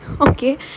okay